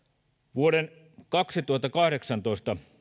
vuoden kaksituhattakahdeksantoista